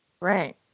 Right